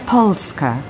Polska